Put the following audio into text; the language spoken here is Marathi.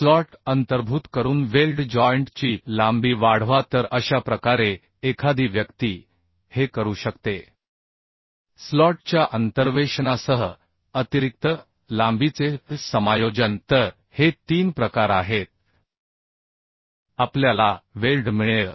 स्लॉट अंतर्भूत करून वेल्ड जॉइंट ची लांबी वाढवा तर अशा प्रकारे एखादी व्यक्ती हे करू शकते स्लॉटच्या एडजस्टमेन्टसह अतिरिक्त लांबीचे समायोजन तर हे 3 प्रकार आहेत आपल्याला वेल्ड मिळेल